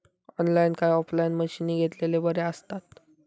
Online काय offline मशीनी घेतलेले बरे आसतात?